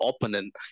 opponent